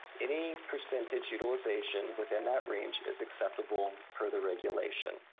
any percentage utilization within that range is acceptable per the regulation.